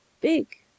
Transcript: big